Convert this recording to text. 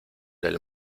del